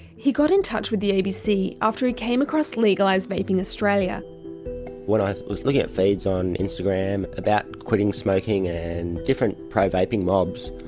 he got in touch with the abc after he came across legalise vaping australiamatt when i was looking at feeds on instagram about quitting smoking and different pro-vaping mobs.